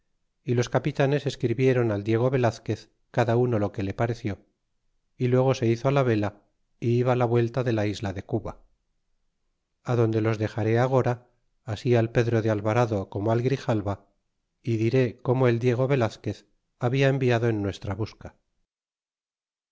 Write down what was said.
y los capitanes escribiéron al diego velazquez cada uno lo que le pareció y luego se hizo la vela é iba la vuelta de la isla de cuba adonde los dexaré agora así al pedro de alvarado como al grijalva y diré como el diego velazquez habla enviado en nuestra busca